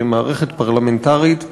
כמערכת פרלמנטרית,